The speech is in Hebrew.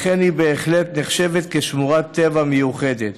ולכן היא בהחלט נחשבת שמורת טבע מיוחדת,